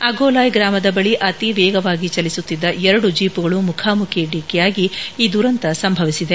ಅಗೊಲಾಯ್ ಗ್ರಾಮದ ಬಳಿ ಅತಿ ವೇಗವಾಗಿ ಚಲಿಸುತ್ತಿದ್ದ ಎರಡು ಜೀಪುಗಳು ಮುಖಾಮುಖಿ ಡಿಕ್ಕಿಯಾಗಿ ಈ ದುರಂತ ಸಂಭವಿಸಿದೆ